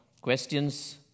Questions